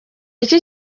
iki